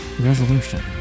resolution